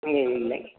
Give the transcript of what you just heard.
இல்லை இல்லை